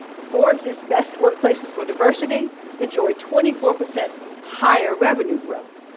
forbes's best workplaces for diversity enjoy twenty four percent higher revenue growth.